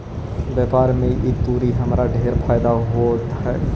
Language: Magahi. व्यापार में ई तुरी हमरा ढेर फयदा होइत हई